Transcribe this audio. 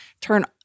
turn